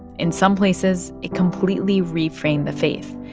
in some places, it completely reframed the faith.